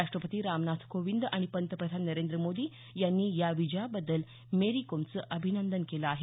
राष्टपती रामनाथ कोविंद आणि पंतप्रधान नरेंद्र मोदी यांनी या विजयाबद्दल मेरी कोमचं अभिनंदन केलं आहे